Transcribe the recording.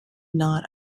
not